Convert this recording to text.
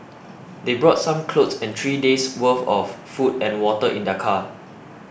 they brought some clothes and three days worth of food and water in their car